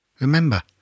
Remember